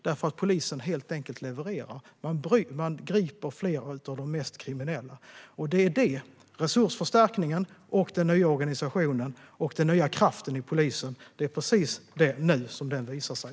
Därför att polisen helt enkelt levererar. Man griper fler av de mest kriminella. Det är nu som resursförstärkningen, den nya organisationen och den nya kraften i polisen visar sig.